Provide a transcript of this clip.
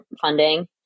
funding